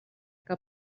que